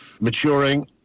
maturing